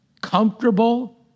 comfortable